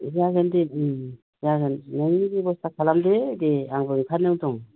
जागोन दे ओम जागोन नों बेबस्था खालामदो दे आंबो ओंखारनायाव दं